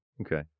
Okay